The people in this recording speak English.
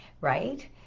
right